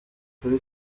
kuri